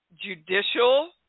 judicial